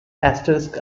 asterisk